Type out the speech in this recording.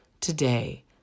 Today